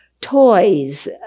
toys